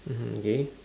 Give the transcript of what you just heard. mmhmm okay